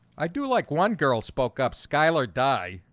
i do like one girl spoke up skylar died.